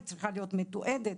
היא צריכה להיות מתועדת,